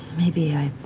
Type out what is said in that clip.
maybe i